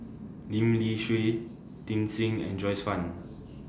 Lim Lee Shui Tit Sing and Joyce fan